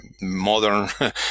modern